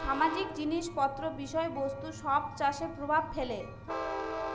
সামাজিক জিনিস পত্র বিষয় বস্তু সব চাষে প্রভাব ফেলে